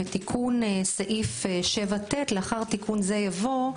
תיקון סעיף 7ט לאחר תיקון זה יבוא: